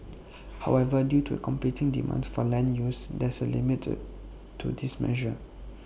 however due to competing demands for land use there is A limit to this measure